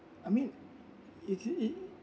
I mean is it it